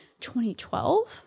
2012